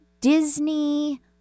disney